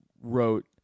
wrote